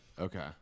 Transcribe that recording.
Okay